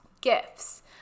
gifts